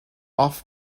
off